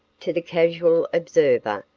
to the casual observer,